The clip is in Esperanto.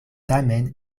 tamen